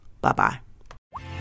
Bye-bye